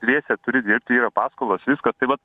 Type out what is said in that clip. dviese turi dirbti yra paskolos viskas tai vat